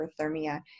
hyperthermia